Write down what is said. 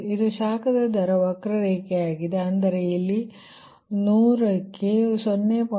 ಇದು ಶಾಖದ ದರ ವಕ್ರರೇಖೆಯಾಗಿದೆ ಅಂದರೆ ಇಲ್ಲಿ 100 ಕ್ಕೆ 0